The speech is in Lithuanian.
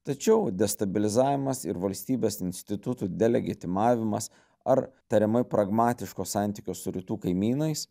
tačiau destabilizavimas ir valstybės institutų delegetimavimas ar tariamai pragmatiško santykio su rytų kaimynais